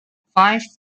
five